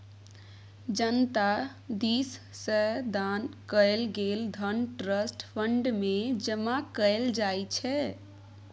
जनता दिस सँ दान कएल गेल धन ट्रस्ट फंड मे जमा कएल जाइ छै